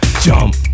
jump